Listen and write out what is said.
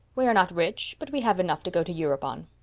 we are not rich, but we have enough to go to europe on.